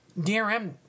DRM